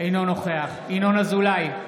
אינו נוכח ינון אזולאי,